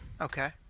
Okay